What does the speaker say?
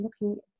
looking